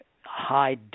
high